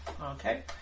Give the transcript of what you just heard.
Okay